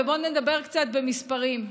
ובוא נדבר קצת במספרים.